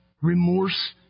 remorse